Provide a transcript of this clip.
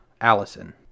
Allison